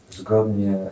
zgodnie